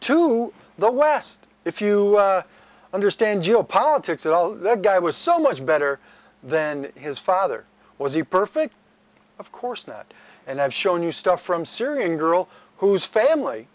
to the west if you understand geopolitics at all the guy was so much better then his father was he perfect of course not and i've shown you stuff from syrian girl whose family